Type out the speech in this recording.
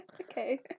Okay